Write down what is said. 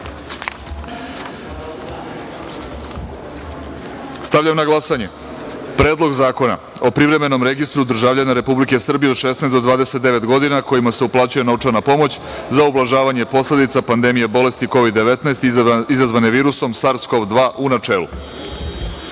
na glasanje Predlog zakona o Privremenom registru državljana Republike Srbije od 16 do 29 godina kojima se uplaćuje novčana pomoć za ublažavanje posledica pandemije bolesti Kovid-19 izazvane virusom SARS-KoV-2, u načelu. Molim